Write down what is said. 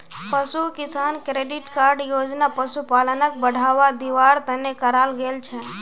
पशु किसान credit card योजना पशुपालनक बढ़ावा दिवार तने कराल गेल छे